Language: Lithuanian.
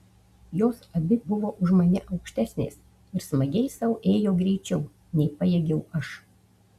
jos abi buvo už mane aukštesnės ir smagiai sau ėjo greičiau nei pajėgiau aš